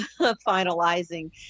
finalizing